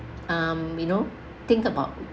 um you know think about